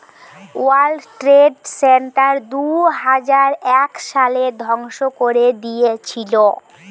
world trade center দুইহাজার এক সালে ধ্বংস করে দিয়েছিলো